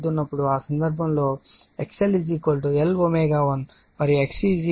కాబట్టి ఆ సందర్భంలో XL Lω1 మరియు XC 1ω1C అవుతుంది